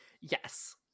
Yes